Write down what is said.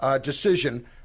decision